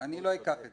הלוואי שזה היה כך.